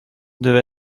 devait